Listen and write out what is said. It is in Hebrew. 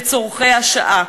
לצורכי השעה.